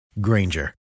Granger